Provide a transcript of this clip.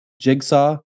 Jigsaw